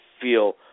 feel